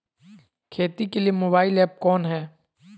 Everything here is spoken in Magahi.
खेती के लिए मोबाइल ऐप कौन है?